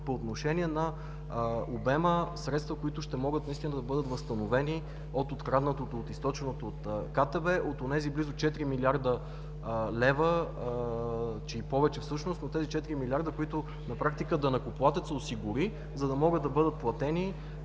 по отношение на обема средства, които ще могат да бъдат възстановени от откраднатото, от източеното от КТБ, от онези близо 4 млрд. лв., че и повече всъщност, но тези четири милиарда, които на практика данъкоплатецът осигури, за да могат да бъдат платени